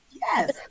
Yes